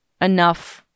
enough